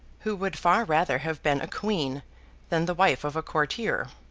who would far rather have been a queen than the wife of a courtier.